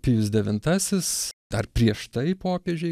pijus devintasis dar prieš tai popiežiai